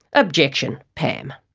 objection. pam.